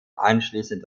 anschließend